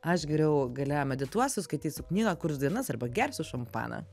aš geriau gale medituosiu skaitysiu knygą kurs dainas arba gersiu šampaną